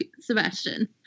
Sebastian